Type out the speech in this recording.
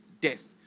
Death